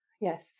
Yes